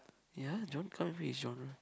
ya John can't reach John